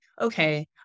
okay